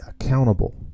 accountable